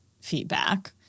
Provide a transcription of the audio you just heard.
feedback